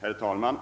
Herr talman!